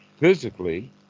Physically